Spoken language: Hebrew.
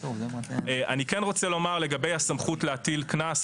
אני רוצה לומר לגבי הסמכות להטיל קנס,